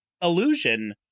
illusion